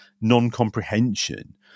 non-comprehension